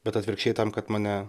bet atvirkščiai tam kad mane